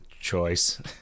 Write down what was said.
choice